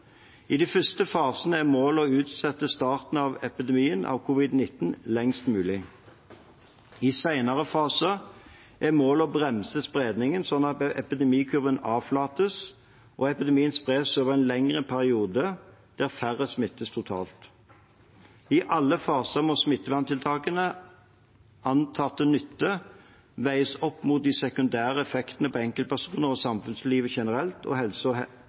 I de første fasene er målet å utsette starten av epidemien av covid-19 lengst mulig. I senere faser er målet å bremse spredningen, slik at epidemikurven avflates, epidemien spres over en lengre periode og færre smittes totalt. I alle faser må smitteverntiltakenes antatte nytte veies opp mot deres sekundære effekter på enkeltpersoner og samfunnslivet generelt og helse og